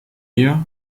eher